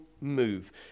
move